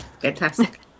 Fantastic